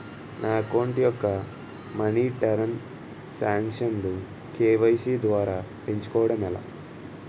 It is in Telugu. నా అకౌంట్ యెక్క మనీ తరణ్ సాంక్షన్ లు కే.వై.సీ ద్వారా పెంచుకోవడం ఎలా?